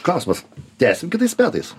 klausimas tęsim kitais metais